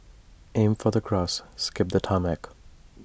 aim for the grass skip the tarmac